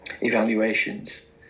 Evaluations